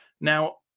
Now